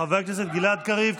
חבר הכנסת גלעד קריב,